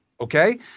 okay